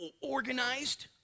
organized